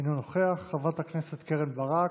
אינו נוכח, חברת הכנסת קרן ברק,